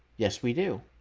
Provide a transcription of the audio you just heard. yes we do.